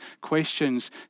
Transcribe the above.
questions